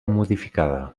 modificada